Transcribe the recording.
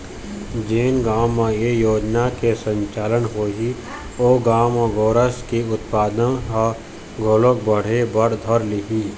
जेन गाँव म ए योजना के संचालन होही ओ गाँव म गोरस के उत्पादन ह घलोक बढ़े बर धर लिही